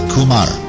Kumar